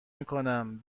میکنم